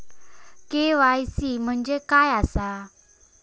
KYC म्हणजे काय आसा?